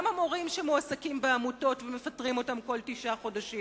גם המורים שמועסקים בעמותות ומפטרים אותם כל תשעה חודשים.